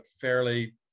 fairly